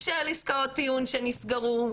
של עסקאות טיעון שנסגרו,